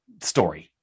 story